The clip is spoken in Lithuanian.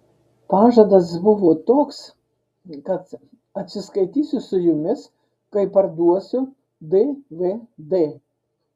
pažadas buvo toks kad atsiskaitysiu su jumis kai parduosiu dvd